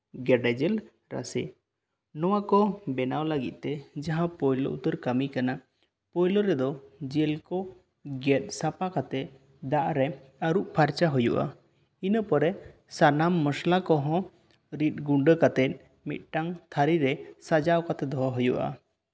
ᱜᱮᱰᱮ ᱡᱤᱞ ᱨᱟᱥᱮ ᱱᱚᱣᱟ ᱠᱚ ᱵᱮᱱᱟᱣ ᱞᱟ ᱜᱤᱫ ᱛᱮ ᱡᱟᱦᱟᱸ ᱯᱳᱭᱞᱳ ᱩᱛᱟᱹᱨ ᱠᱟ ᱢᱤ ᱠᱟᱱᱟ ᱯᱳᱭᱞᱳ ᱨᱮᱫᱚ ᱡᱤᱞ ᱠᱚ ᱜᱮᱫ ᱥᱟᱯᱷᱟ ᱠᱟᱛᱮ ᱫᱟᱜ ᱨᱮ ᱟᱨᱩᱯ ᱯᱷᱟᱨᱪᱟ ᱦᱩᱭᱩᱜᱼᱟ ᱤᱱᱟᱹᱯᱚᱨᱮ ᱥᱟᱱᱟᱢ ᱢᱚᱥᱞᱟ ᱠᱚᱦᱚᱸ ᱨᱤᱫ ᱜᱩᱸᱰᱟᱹ ᱠᱟᱛᱮ ᱢᱤᱫᱴᱟᱝ ᱛᱷᱟᱹᱨᱤ ᱨᱮ ᱥᱟᱡᱟᱣ ᱠᱟᱛᱮ ᱫᱚᱦᱚ ᱦᱩᱭᱩᱜᱼᱟ